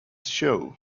show